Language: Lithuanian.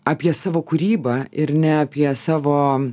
apie savo kūrybą ir ne apie savo